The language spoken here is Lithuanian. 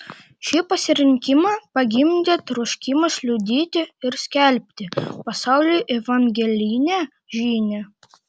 šį pasirinkimą pagimdė troškimas liudyti ir skelbti pasauliui evangelinę žinią